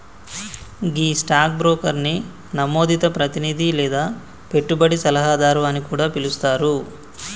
గీ stock బ్రోకర్ని నమోదిత ప్రతినిధి లేదా పెట్టుబడి సలహాదారు అని కూడా పిలుస్తారు